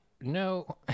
no